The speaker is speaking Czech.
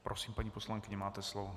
Prosím, paní poslankyně, máte slovo.